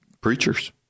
preachers